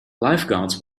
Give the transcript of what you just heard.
lifeguards